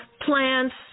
plants